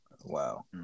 Wow